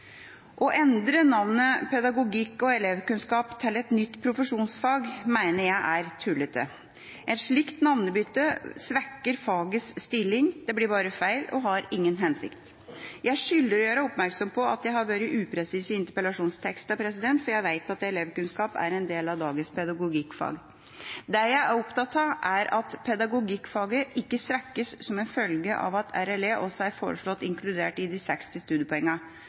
Å endre navnet «pedagogikk og elevkunnskap» til et nytt profesjonsfag mener jeg er tullete. Et slikt navnebytte svekker fagets stilling, det blir bare feil og har ingen hensikt. Jeg skylder å gjøre oppmerksom på at jeg har vært upresis i interpellasjonsteksten, for jeg vet at elevkunnskap er en del av dagens pedagogikkfag. Det jeg er opptatt av, er at pedagogikkfaget ikke svekkes som en følge av at RLE også er foreslått inkludert i de 60 studiepoengene.